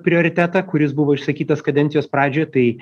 prioritetą kuris buvo išsakytas kadencijos pradžioje tai